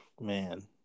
Man